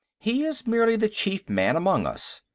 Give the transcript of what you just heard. he is merely the chief man among us.